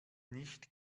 nicht